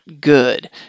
good